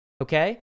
Okay